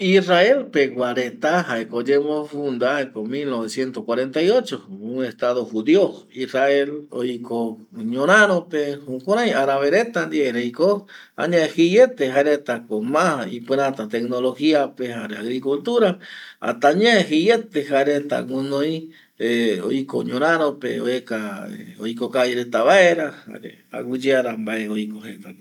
Israel pegua reta jaeko oyembo funda jaeko mil noveciento cuarentai ocho un estado judio, israel oiko ñoraro pe jukurai arabe reta ndie erei ko añae jeiete jae reta ko ma ipɨrata tecnologia pe jare agricultura pe hasta añae jeiete jae reta guɨnoi oiko ñoraro pe, oeka oiko kavi reta vaera jare aguɨyeara mbae oiko jeta pe no